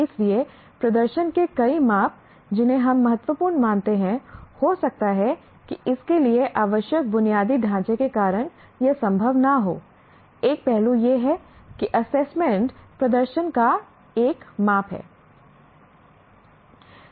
इसलिए प्रदर्शन के कई माप जिन्हें हम महत्वपूर्ण मानते हैं हो सकता है कि इसके लिए आवश्यक बुनियादी ढाँचे के कारण यह संभव न हो एक पहलू यह है कि एसेसमेंट प्रदर्शन का एक माप है